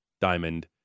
Diamond